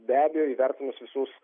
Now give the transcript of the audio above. be abejo įvertinus visus